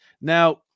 Now